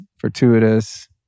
fortuitous